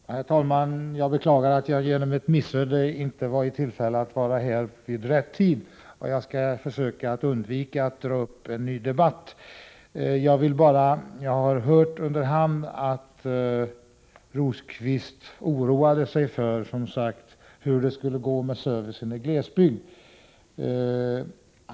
Herr talman! Jag beklagar att jag genom ett missöde inte var i tillfälle att vara här i rätt tid. Jag skall försöka att undvika att dra i gång en ny debatt. Jag har under hand hört att Birger Rosqvist oroade sig för hur det skulle gå med servicen i glesbygd.